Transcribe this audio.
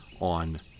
on